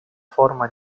forma